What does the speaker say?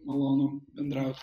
malonu bendraut